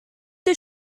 the